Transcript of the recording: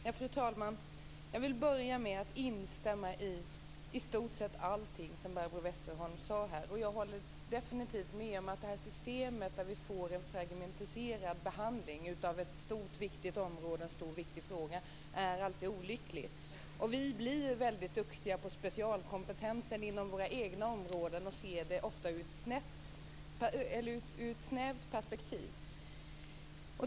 Fru talman! Jag vill börja med att instämma i nästan allt som Barbro Westerholm sade. Jag håller definitivt med om att det är olyckligt med det här systemet, som gör att det blir en fragmentiserad behandling av ett stort viktigt område, en stor viktig fråga. Vi blir duktiga och får specialkompetens inom våra egna områden och ser ofta frågorna ur ett snävt perspektiv.